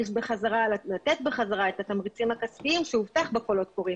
לתת בחזרה את התמריצים הכספיים שהובטחו בקולות הקוראים.